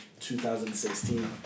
2016